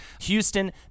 Houston